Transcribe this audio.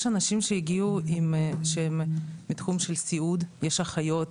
יש אנשים שהגיעו מתחום של סיעוד, יש אחיות,